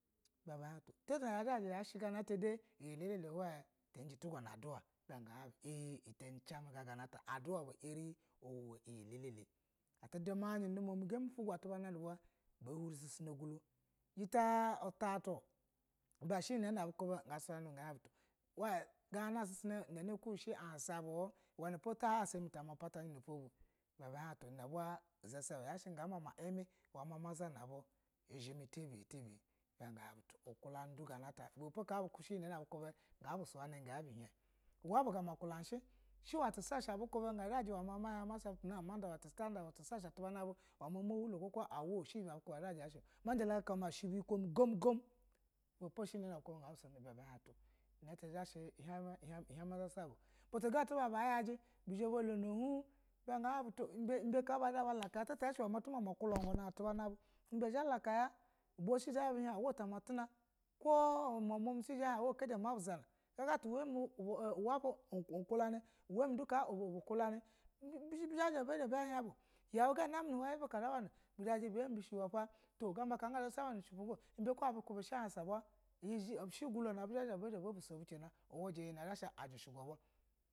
Ibe yashe gana ata ta tu yi elele she gana ata de ti ji n tu go na adua ga hin bu in ɛn teni ga cia gana ata adua ibe en iye lele fu duma jin uduma mi ga be ofo go atu ba na nu ba jita u tatu iba she iyi na ga suyani bu ga hin bu sasan inani ku ushe a hansa bu uweni po ta halu a hasa bu tama patanji na ofo bu ibe ba hin ina ba uzasa uwe ma zanabu ukulan du gana at tabiye tabiye ibe po, ka ga bu kulani ga bu kulani ga bu hin uule bu ga ma kulani she she uulw ma tu na ida uwe tisahshe ma she biyoko mi gamu gamu ibe po she iyi na ga bu suya ni ina ti zha she sh ihema uzasa ba butu ga tu ba bayaji bu zha ba lono hin ibe ga hin bu ibe ka ba zha ba laka tu tayashe lwe ma tu mama kulangana atu ba na bu ibe zha ya laka ibe su zha ma bu hin ta ma tuna ko umwemua mi su zho ya laka ta tu mama kula gana atu ba na bu uga tu uwe mi ubu kulan uwaba u u ukulani u u be zha bazha ba hin yau ga yi buna ga na nu ga bu bu she uwa ba gamba ka u zha saba na am u shupu ga impe ku a bu hashi vula ba iye she ugulu na abu zha ba baso bu cina li huji iyi na zha yasha ajishiga uba.